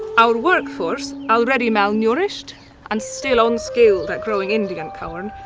our work force already malnourished and still unskilled at growing indian corn,